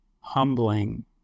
humbling